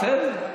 בסדר.